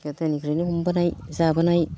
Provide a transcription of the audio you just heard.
गोदोनिफ्रायनो हमबोनाय जाबोनाय